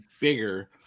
bigger